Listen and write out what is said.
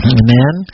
amen